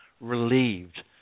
relieved